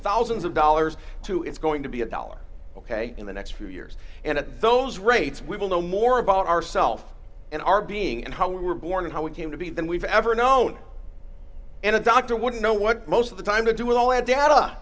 thousands of dollars to it's going to be a dollar ok in the next few years and at those rates we will know more about our self and our being and how we were born and how we came to be than we've ever known and a doctor wouldn't know what most of the time to do with all that data